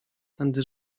tędy